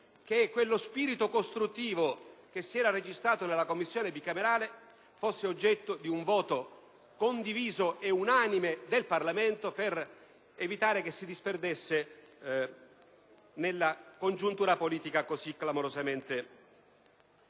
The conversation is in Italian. che quello spirito costruttivo, che si era registrato nella Commissione bicamerale, si traducesse in un voto condiviso e unanime del Parlamento, per evitare che si disperdesse nella congiuntura politica così clamorosamente